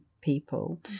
people